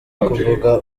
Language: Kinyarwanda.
kuvuga